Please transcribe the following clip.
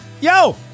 Yo